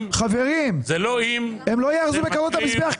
זה לא אם אלא זה מקריס.